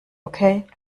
okay